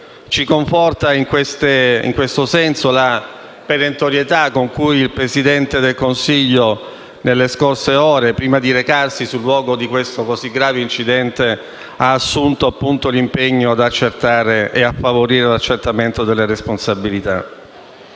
Ci conforta in questo senso la perentorietà con cui il Presidente del Consiglio nelle scorse ore, prima di recarsi sul luogo di questo così grave incidente, ha assunto l'impegno a favorire l'accertamento delle responsabilità.